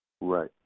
right